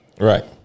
Right